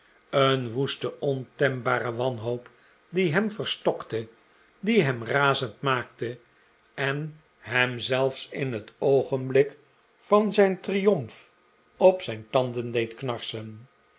een woeste ontembare wanhoop die hem verstokte die hem razend maakte en hem zelfs in het oogenblik van zijn triomf op zijn tanden deed knarsen